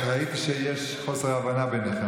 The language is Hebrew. ראיתי שיש חוסר הבנה בינינו.